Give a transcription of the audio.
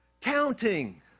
counting